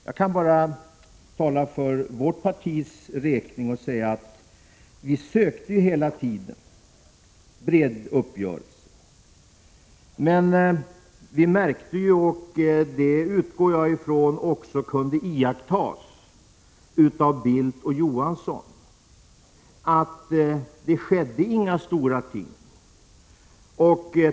Jag kan bara tala för mitt partis räkning och säga att vi sökte hela tiden en bred uppgörelse. Men vi märkte ju — och jag utgår från att det kunde iakttas även av Bildt och Johansson — att det skedde inga stora ting.